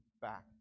back